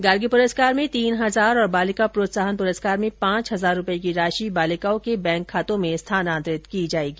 गार्गी पुरस्कार में तीन हजार और बालिका प्रोत्साहन पुरस्कार में पांच हजार रूपये की राशि बालिकाओं के बैंक खातों में स्थानान्तरित की जायेगी